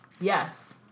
Yes